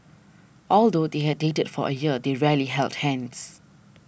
although they had dated for a year they rarely held hands